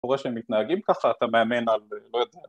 ‫אתה רואה שהם מתנהגים ככה? ‫אתה מאמן על...